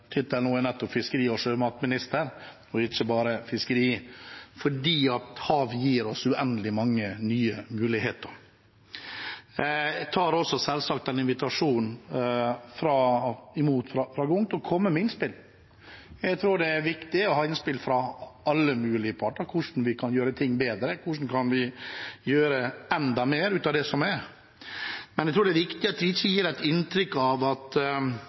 er nettopp fiskeri- og sjømatminister, og ikke bare fiskeriminister, for havet gir oss uendelig mange nye muligheter. Jeg tar selvsagt imot invitasjonen fra Grung til å komme med innspill. Jeg tror det er viktig å ha innspill fra alle mulige parter – hvordan vi kan gjøre ting bedre, hvordan vi kan gjøre enda mer ut av det som er. Men jeg tror det er viktig at vi ikke gir et inntrykk av at